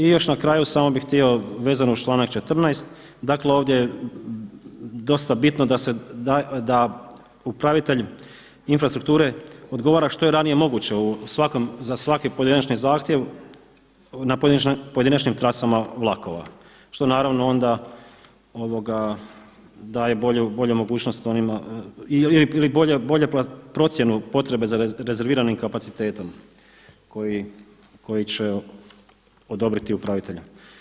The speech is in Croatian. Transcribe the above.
I još na kraju samo bih htio vezano uz članak 14., dakle ovdje je dosta bitno da upravitelj infrastrukture odgovara što je ranije moguće za svaki pojedinačni zahtjev na pojedinačnim trasama vlakova što naravno onda daje bolju mogućnost onima, ili bolju procjenu potrebe za rezerviranim kapacitetom koji će odobriti upravitelj.